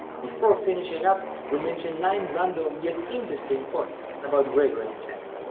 before finishing up we'll mention nine random yet interesting points about gregorian chant.